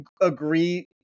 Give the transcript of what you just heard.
agree